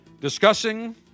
Discussing